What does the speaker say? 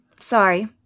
sorry